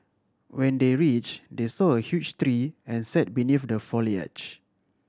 when they reach they saw a huge tree and sat beneath the foliage